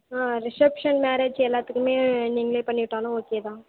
ஆ reception marriage எல்லாத்துக்குமே நீங்களே பண்ணிவிட்டாலும் ஓகே தான்